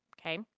Okay